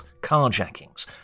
carjackings